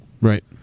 Right